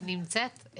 נמצאת?